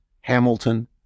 Hamilton